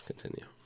Continue